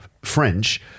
French